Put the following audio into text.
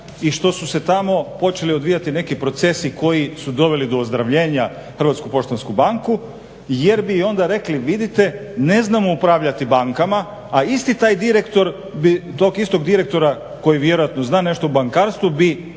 i što su se tamo počeli odvijati neki procesi koji su doveli do ozdravljena Hrvatsku poštansku banku jer bi onda rekli vidite, ne znamo upravljati bankama, a istog tog direktora koji vjerojatno zna nešto o bankarstvu bi